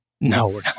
No